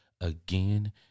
again